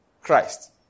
Christ